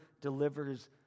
delivers